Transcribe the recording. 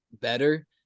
better